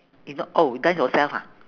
is not oh you dance yourself ha